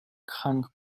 khan